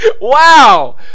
Wow